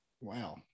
Wow